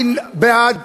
אני בעד